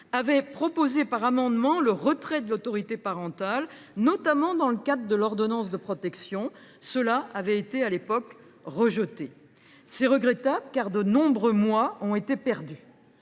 avait proposé par amendement le retrait de l’autorité parentale, notamment dans le cadre de l’ordonnance de protection. Cette disposition avait alors été rejetée. C’est regrettable, car de nombreux mois ont été perdus.